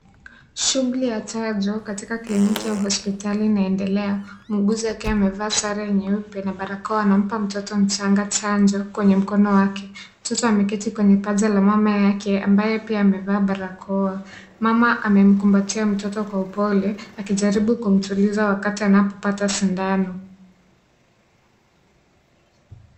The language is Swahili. Shughuli ya chanjo katika kliniki au hospitali inaendelea. Mhuguzi akiwa amevaa sare nyeupe na barakoa, anampa mtoto mchanga chanjo kwenye mkono wake. Mtoto ameketi kwenye paja ya mama yake, ambaye pia amevaa barakoa. Mama amemkumbatia mtoto kwa upole akijaribu kumtuliza wakati anapopata sindano.